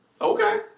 Okay